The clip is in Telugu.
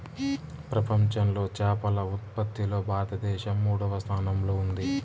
ప్రపంచంలో చేపల ఉత్పత్తిలో భారతదేశం మూడవ స్థానంలో ఉంది